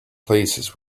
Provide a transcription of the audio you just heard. places